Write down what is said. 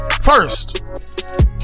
first